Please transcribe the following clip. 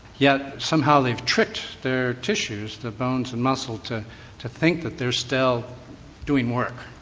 yet somehow they have tricked their tissues, the bones and muscle, to to think that they're still doing work.